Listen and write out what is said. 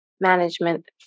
management